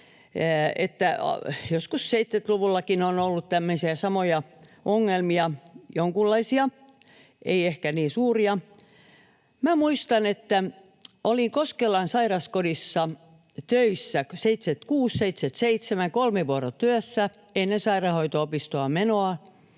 joskus 70-luvullakin on ollut tämmöisiä samoja ongelmia, jonkunlaisia, ei ehkä niin suuria. Minä muistan, että olin Koskelan sairaskodissa töissä 76—77 kolmivuorotyössä ennen sairaanhoito-opistoon menoa,